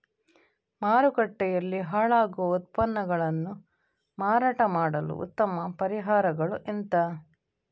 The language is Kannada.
ಮಾರುಕಟ್ಟೆಯಲ್ಲಿ ಹಾಳಾಗುವ ಉತ್ಪನ್ನಗಳನ್ನು ಮಾರಾಟ ಮಾಡಲು ಉತ್ತಮ ಪರಿಹಾರಗಳು ಎಂತ?